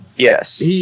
Yes